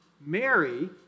Mary